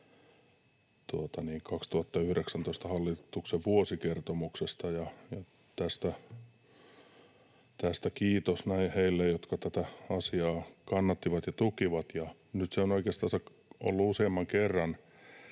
hallituksen vuosikertomuksesta 2019. Tästä kiitos näin heille, jotka tätä asiaa kannattivat ja tukivat. Nyt se on oikeastansa ollut useamman kerran